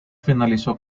finalizó